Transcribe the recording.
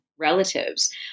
relatives